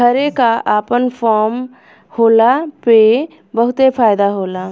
घरे क आपन फर्म होला पे बहुते फायदा होला